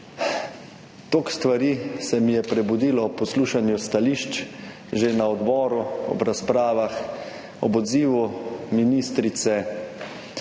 Toliko stvari se mi je prebudilo ob poslušanju stališč že na odboru, ob razpravah, ob odzivu ministrice